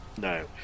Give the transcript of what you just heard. no